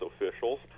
officials